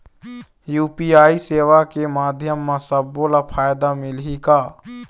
UPI सेवा के माध्यम म सब्बो ला फायदा मिलही का?